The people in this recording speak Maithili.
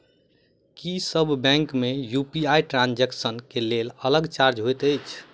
की सब बैंक मे यु.पी.आई ट्रांसजेक्सन केँ लेल अलग चार्ज होइत अछि?